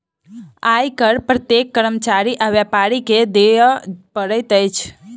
आय कर प्रत्येक कर्मचारी आ व्यापारी के दिअ पड़ैत अछि